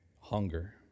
hunger